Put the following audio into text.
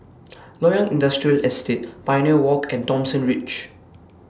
Loyang Industrial Estate Pioneer Walk and Thomson Ridge